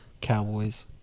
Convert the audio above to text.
Cowboys